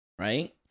right